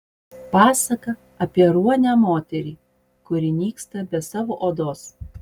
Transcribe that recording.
pasaka apie ruonę moterį kuri nyksta be savo odos